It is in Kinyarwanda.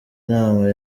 nama